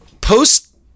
post